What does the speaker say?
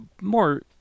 more